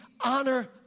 honor